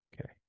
Okay